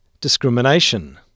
discrimination